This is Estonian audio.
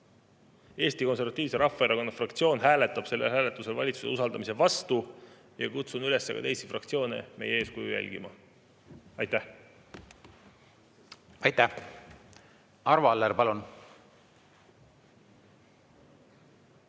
Eesti Konservatiivse Rahvaerakonna fraktsioon hääletab sellel hääletusel valitsuse usaldamise vastu ja kutsun üles ka teisi fraktsioone meie eeskuju järgima. Aitäh! Aitäh, lugupeetud